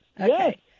Okay